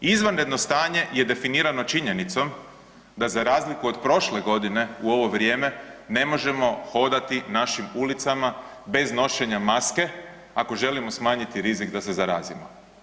Izvanredno stanje je definirano činjenicom da za razliku od prošle godine u ovo vrijeme ne možemo hodati našim ulicama bez nošenja maske ako želimo smanjiti rizik da se zarazimo.